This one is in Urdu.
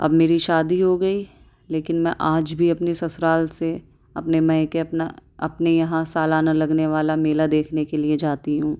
اب میری شادی ہو گئی لیکن میں آج بھی اپنے سسرال سے اپنے میکے اپنا اپنے یہاں سالانہ لگنے والا میلا دیکھنے کے لیے جاتی ہوں